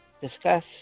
discuss